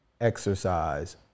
exercise